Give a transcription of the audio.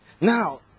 now